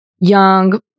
young